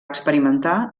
experimentar